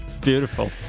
Beautiful